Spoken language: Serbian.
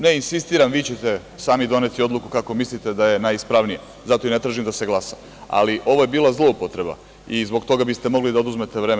Ne insistiram, vi ćete sami doneti odluku kako mislite da je najispravnije, zato i ne tražim da se glasa, ali ovo je bila zloupotreba i zbog toga biste mogli da oduzmete vreme.